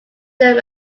them